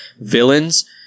villains